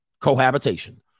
cohabitation